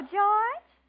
George